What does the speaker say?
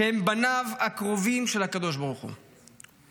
שהם בניו הקרובים של הקדוש ברוך הוא.